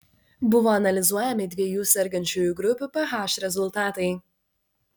buvo analizuojami dviejų sergančiųjų grupių ph rezultatai